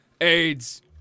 AIDS